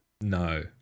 No